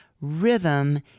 rhythm